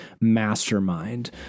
mastermind